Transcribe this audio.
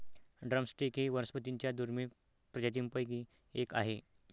drum stick ही वनस्पतीं च्या दुर्मिळ प्रजातींपैकी एक आहे